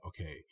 okay